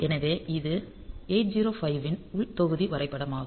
எனவே இது 8051 இன் உள் தொகுதி வரைபடமாகும்